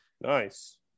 nice